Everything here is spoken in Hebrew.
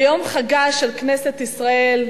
ביום חגה של כנסת ישראל,